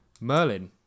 Merlin